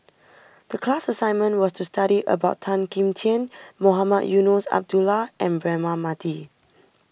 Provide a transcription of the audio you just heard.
the class assignment was to study about Tan Kim Tian Mohamed Eunos Abdullah and Braema Mathi